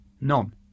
none